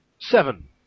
seven